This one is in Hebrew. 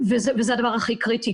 וזה הדבר הכי קריטי,